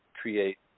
create